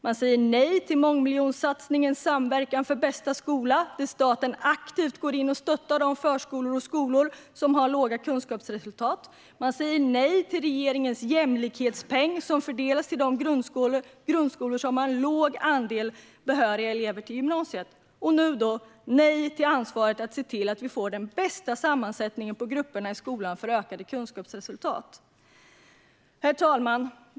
Man säger nej till mångmiljonsatsningen Samverkan för bästa skola, där staten aktivt går in och stöttar de förskolor och skolor som har låga kunskapsresultat. Man säger nej till regeringens jämlikhetspeng som fördelas till de grundskolor som har en låg andel elever med behörighet till gymnasiet. Och nu säger man också nej till ansvaret att se till att vi får den bästa sammansättningen av grupperna i skolan för ökade kunskapsresultat. Herr talman!